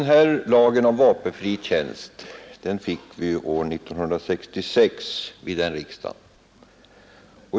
Lagen om vapenfri tjänst antogs av 1966 års riksdag.